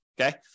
okay